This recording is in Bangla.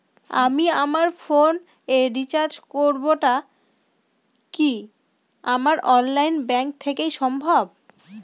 আমি আমার ফোন এ রিচার্জ করব টা কি আমার অনলাইন ব্যাংক থেকেই সম্ভব?